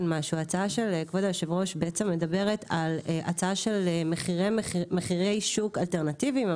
ההצעה של כבוד היושב-ראש מדברת על הצעה של מחירי שוק אלטרנטיביים,